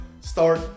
start